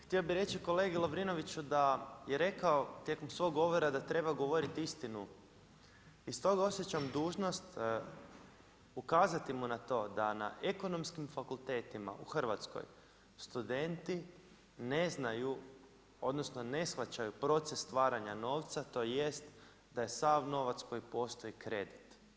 Htio bih reći kolegi Lovrinoviću da je rekao tijekom svog govora da treba govoriti istinu i iz toga osjećam dužnost ukazati mu na to da na ekonomskim fakultetima u Hrvatskoj studenti ne znaju, odnosno ne shvaćaju proces stvaranja novca, tj. da je sav novac koji postoji kredit.